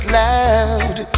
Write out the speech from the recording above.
loud